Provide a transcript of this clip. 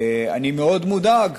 אני מאוד מודאג.